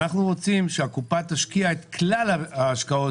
אנחנו רוצים שהקופה תשקיע את כלל ההשקעות